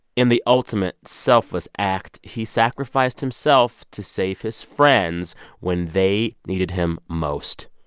in the ultimate selfless act, he sacrificed himself to save his friends when they needed him most